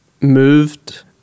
moved